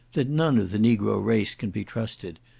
that none of the negro race can be trusted,